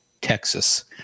Texas